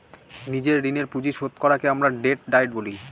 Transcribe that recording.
নিজের ঋণের পুঁজি শোধ করাকে আমরা ডেট ডায়েট বলি